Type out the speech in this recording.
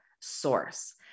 source